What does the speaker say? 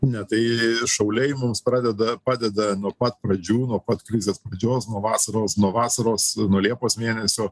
ne tai šauliai mums pradeda padeda nuo pat pradžių nuo pat krizės pradžios nuo vasaros nuo vasaros nuo liepos mėnesio